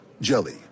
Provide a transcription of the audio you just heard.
Jelly